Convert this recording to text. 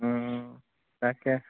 তাকে